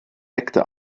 sekte